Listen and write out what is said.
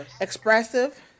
expressive